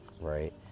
right